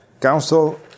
Council